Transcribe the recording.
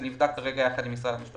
זה נבדק כרגע יחד עם משרד המשפטים.